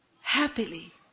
Happily